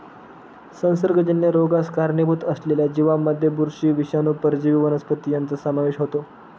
संसर्गजन्य रोगास कारणीभूत असलेल्या जीवांमध्ये बुरशी, विषाणू, परजीवी वनस्पती यांचा समावेश होतो